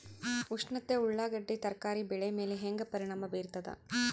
ಉಷ್ಣತೆ ಉಳ್ಳಾಗಡ್ಡಿ ತರಕಾರಿ ಬೆಳೆ ಮೇಲೆ ಹೇಂಗ ಪರಿಣಾಮ ಬೀರತದ?